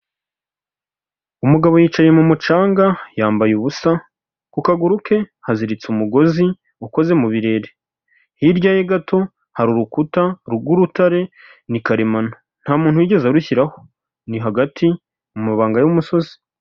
Umugabo yicaye mu mucanga, yambaye ubusa, ku kaguru ke haziritse umugozi ukoze mu birere. Hirya ye gato hari urukuta rw'urutare, ni karemano. Nta muntu wigeze arushyiraho! Ni hagati mu mabanga y'umusozi.